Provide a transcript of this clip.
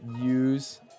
use